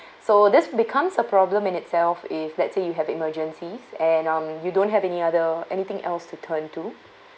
so this becomes a problem in itself if let's say you have emergencies and um you don't have any other anything else to turn to